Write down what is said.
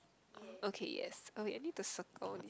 okay yes oh I need to circle this